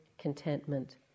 contentment